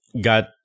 got